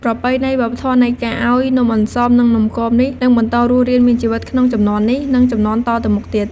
ប្រពៃណីវប្បធម៌នៃការឱ្យនំអន្សម និងនំគមនេះនឹងបន្តរស់រានមានជីវិតក្នុងជំនាន់នេះ និងជំនាន់តទៅមុខទៀត។